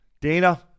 Dana